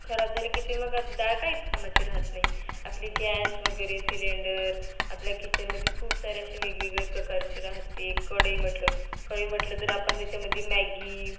खराब झालं की ते मग डाळ काहीच कामाची राहत नाही आपली गॅस वगैरे सिलेंडर आपल्या किचनमध्ये खूप सारे असे वेगवेगळे प्रकारचे राहते कढई म्हटलं कढई म्हटलं तर आपण त्याच्यामध्ये मॅगी